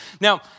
Now